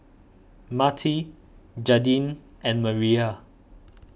Matie Jaidyn and Mireya